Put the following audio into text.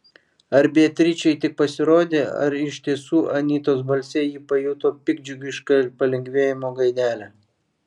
ar beatričei tik pasirodė ar iš tiesų anytos balse ji pajuto piktdžiugišką palengvėjimo gaidelę